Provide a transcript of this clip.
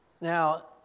Now